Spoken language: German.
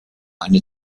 eine